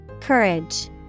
Courage